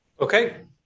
Okay